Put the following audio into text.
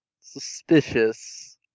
Suspicious